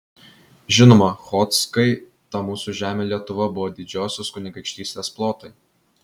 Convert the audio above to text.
žinoma chodzkai ta mūsų žemė lietuva buvo didžiosios kunigaikštystės plotai